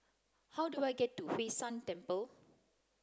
how do I get to Hwee San Temple